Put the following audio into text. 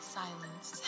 silence